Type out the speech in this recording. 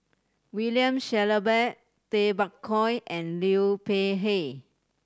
William Shellabear Tay Bak Koi and Liu Peihe